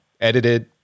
edited